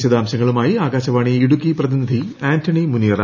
വിശദാംശങ്ങളുമായി ആകാശവാണി ഇടുക്കി പ്രതിനിധി ആന്റണി മുനിയറ